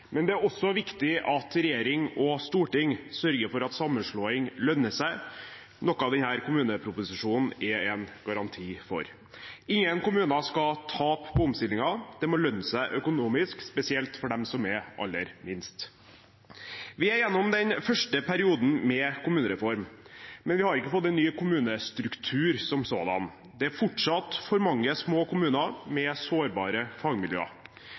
Men det er også viktig at regjering og storting sørger for at sammenslåing lønner seg, noe denne kommuneproposisjonen er en garanti for. Ingen kommuner skal tape på omstillingen, det må lønne seg økonomisk, spesielt for dem som er aller minst. Vi er gjennom den første perioden med kommunereform, men vi har ikke fått en ny kommunestruktur som sådan. Det er fortsatt for mange små kommuner med sårbare